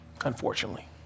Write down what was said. Unfortunately